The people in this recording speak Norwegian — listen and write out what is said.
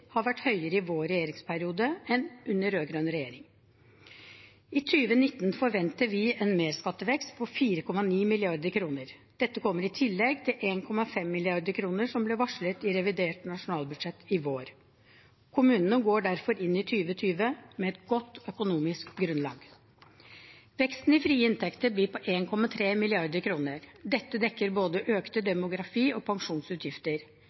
har vært høyere i vår regjeringsperiode enn under rød-grønn regjering. I 2019 forventer vi en merskattevekst på 4,9 mrd. kr. Dette kommer i tillegg til 1,5 mrd. kr, som ble varslet i revidert nasjonalbudsjett i vår. Kommunene går derfor inn i 2020 med et godt økonomisk grunnlag. Veksten i frie inntekter blir på 1,3 mrd. kr. Dette dekker både økte demografi- og pensjonsutgifter,